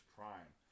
Prime